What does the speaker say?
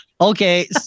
Okay